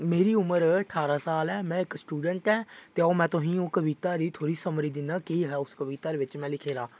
मेरी उमर ठारां साल ऐ मैं इक स्टुडैंट ऐं ते हून मैं तुसें गी ओह् कविता दी समरी दिन्ना केह् ऐ उस कविता दे बिच्च मैं लिखे दा